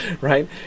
right